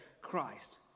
Christ